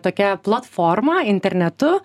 tokia platforma internetu